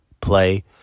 Play